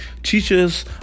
Teachers